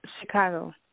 Chicago